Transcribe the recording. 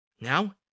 Now